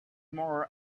more